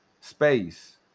space